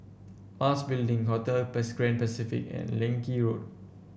Mas Building Hotel Best Grand Pacific and Leng Kee Road